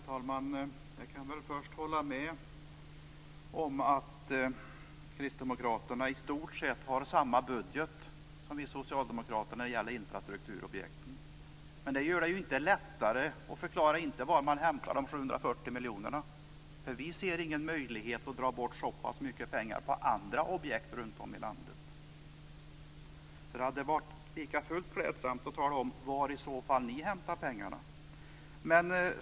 Fru talman! Jag kan först hålla med om att kristdemokraterna i stort sett har samma budget som vi socialdemokrater när det gäller infrastrukturobjekt. Men det gör det ju inte lättare, och det förklarar inte var man hämtar de 740 miljonerna. Vi ser ingen möjlighet att ta bort så pass mycket pengar från andra objekt runtom i landet. Det hade likafullt varit klädsamt om ni hade talat om varifrån ni hämtar pengarna.